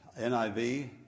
NIV